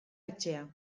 etxea